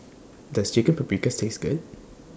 Does Chicken Paprikas Taste Good